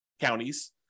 counties